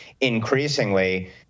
increasingly